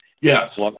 Yes